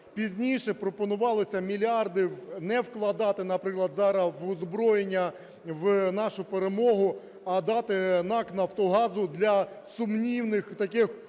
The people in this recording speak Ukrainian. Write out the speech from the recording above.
пізніше пропонувалося мільярди не вкладати, наприклад, зараз в озброєння, в нашу перемогу, а дати НАК "Нафтогазу" для сумнівних таких